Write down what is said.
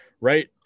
right